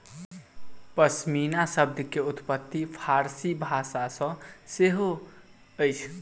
पश्मीना शब्द के उत्पत्ति फ़ारसी भाषा सॅ सेहो अछि